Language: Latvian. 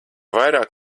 vairāk